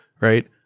right